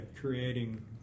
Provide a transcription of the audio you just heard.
creating